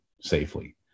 safely